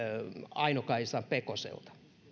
aino kaisa pekoselta